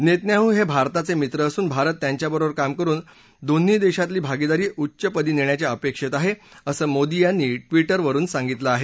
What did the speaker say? Netanyahu हे भारताचे मित्र असून भारत त्यांच्या बरोबर काम करुन दोन्ही देशातील भागीदारी उच्च पदी नेण्याच्या अपेक्षेत आहे असं मोदी यांनी ट्विटवरुन सांगितलं आहे